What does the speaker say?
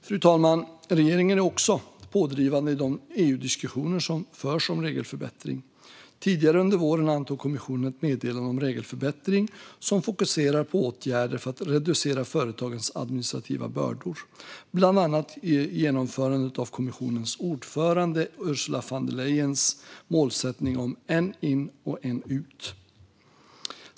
Fru talman! Regeringen är också pådrivande i de EU-diskussioner som förs om regelförbättring. Tidigare under våren antog kommissionen ett meddelande om regelförbättring som fokuserar på åtgärder för att reducera företagens administrativa bördor, bland annat genomförandet av kommissionens ordförande Ursula von der Leyens målsättning om en in, en ut.